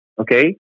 Okay